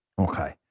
Okay